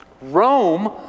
Rome